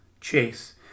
chase